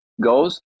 goes